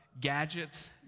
Gadgets